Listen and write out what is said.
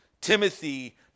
Timothy